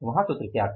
वहां सूत्र क्या था